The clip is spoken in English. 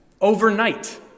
overnight